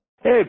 Hey